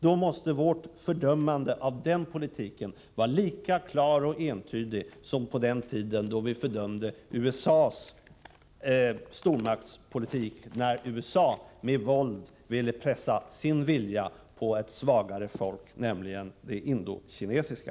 Då måste vårt fördömande vara lika klart och entydigt som på den tiden när vi fördömde USA:s stormaktspolitik, när USA med våld ville pressa sin vilja på ett svagare folk, nämligen det indokinesiska.